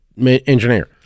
Engineer